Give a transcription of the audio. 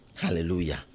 hallelujah